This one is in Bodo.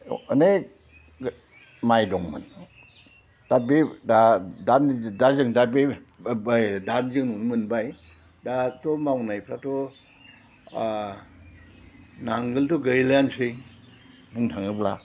अनेख माइ दंमोन दा बे दा दा जों दा बे दा जों मोनबाय दाथ' मावनायफ्राथ' नांगोलथ' गैलायानोसै बुंनो थाङोब्ला